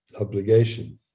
Obligation